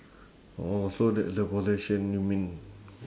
oh so that's the possession you mean